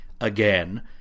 again